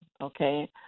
okay